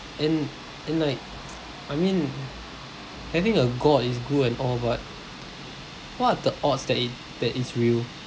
and and like I mean I think a god is good and all but what are the odds that it that it's real